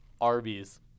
Arby's